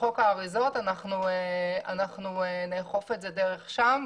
בחוק האריזות אנחנו נאכוף את זה דרך שם,